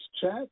Chat